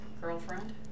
girlfriend